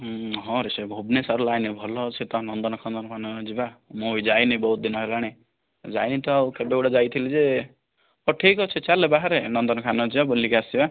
ହଁ ରେ ସେ ଭୁବନେଶ୍ଵର ଲାଇନ୍ ଭଲ ଅଛି ତ ନନ୍ଦନ ଫନ୍ଦନ ଯିବା ମୁଁ ଭି ଯାଇନି ବହୁତ ଦିନ ହେଲାଣି ଯାଇନି ତ ଆଉ କେବେ ଗୋଟେ ଯାଇଥିଲି ଯେ ହଉ ଠିକ୍ ଅଛି ଚାଲ୍ ବାହାରେ ନନ୍ଦନକାନନ ଯିବା ବୁଲିକି ଆସିବା